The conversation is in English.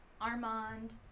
Armand